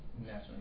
National